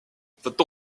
cette